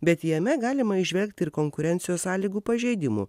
bet jame galima įžvelgti ir konkurencijos sąlygų pažeidimų